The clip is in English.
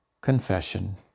confession